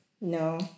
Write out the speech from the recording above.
No